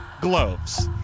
gloves